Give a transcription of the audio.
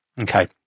okay